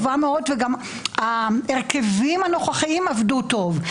טובה מאוד וגם ההרכבים הנוכחיים עבדו טוב.